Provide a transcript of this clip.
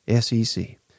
SEC